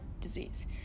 disease